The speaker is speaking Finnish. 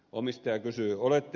omistaja sanoo